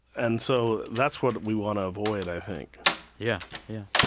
and so that's what we want to avoid, i think yeah. yeah.